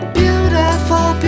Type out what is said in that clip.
beautiful